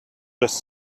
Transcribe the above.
just